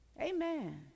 Amen